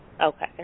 Okay